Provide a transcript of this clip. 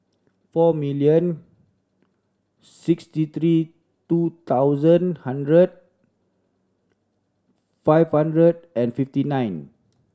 four million sixty three two thousand hundred five hundred and fifty nine